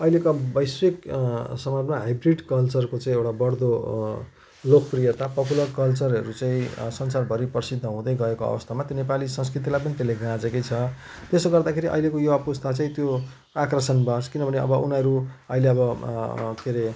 अहिलेको वैश्विक समाजमा हाइब्रिड कल्चरको चाहिँ एउटा बढ्दो लोकप्रियता पपुलर कल्चरहरू चाहिँ संसारभरि प्रसिद्ध हुँदैगएको अवस्थामा त्यो नेपाली संस्कृतिलाई पनि त्यसले गाँजेकै छ त्यसो गर्दाखेरि अहिलेको युवा पुस्ता चाहिँ त्यो आकर्षणबस किनभने अब उनीहरू अहिले अब के अरे